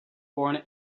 born